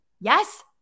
Yes